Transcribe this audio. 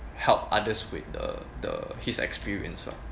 help others with the the his experience lah